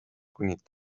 kuni